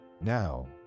Now